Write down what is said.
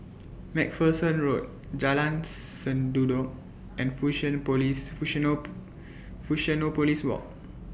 MacPherson Road Jalan Sendudok and fusion Police fusion know Fusionopolis Walk